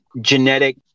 genetic